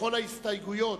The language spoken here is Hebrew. כל ההסתייגויות,